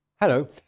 Hello